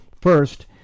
First